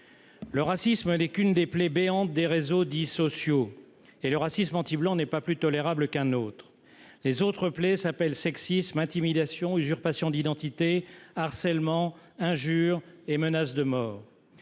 Le racisme n'est qu'une des plaies béantes des réseaux dits « sociaux », et le racisme anti-blanc n'est pas plus tolérable qu'un autre. Les autres plaies s'appellent sexisme, intimidation, usurpation d'identité, harcèlement, injures et menaces de mort.